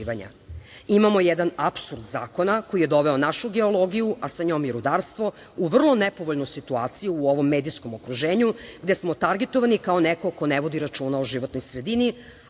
jedan apsurd zakona, koji je doveo našu geologiju, a sa njom i rudarstvo, u vrlo nepovoljnu situaciju u ovom medijskom okruženju, gde smo targetovani kao neko ko ne vodi računa o životnoj sredini,